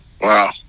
Wow